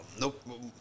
Nope